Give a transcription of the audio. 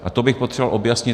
A to bych potřeboval objasnit.